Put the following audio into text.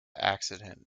accident